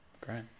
Great